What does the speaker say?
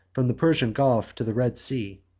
from the persian gulf to the red sea.